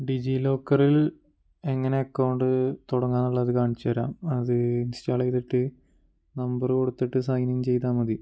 ഡിജിലോക്കറിൽ എങ്ങനെ അക്കൗണ്ട് തുടങ്ങുക എന്നുള്ളത് കാണിച്ചു തരാം അത് ഇൻസ്റ്റാൾ ചെയ്തിട്ട് നമ്പറ് കൊടുത്തിട്ട് സൈൻ ഇൻ ചെയ്താൽ മതി